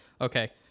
okay